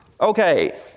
Okay